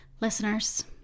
Listeners